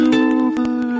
over